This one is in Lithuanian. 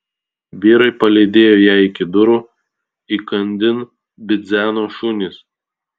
vyrai palydėjo ją iki durų įkandin bidzeno šunys